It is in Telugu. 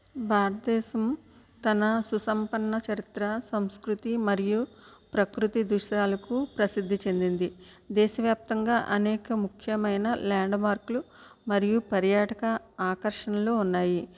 భారతదేశం తన సుసంపన్న చరిత్ర సంస్కృతి మరియు పకృతి దృశ్యాలకు ప్రసిద్ధి చెందింది దేశ వ్యాప్తంగా అనేక ముఖ్యమైన ల్యాండ్ మార్కులు మరియు పర్యాటక ఆకర్షణలు ఉన్నాయి